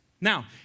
Now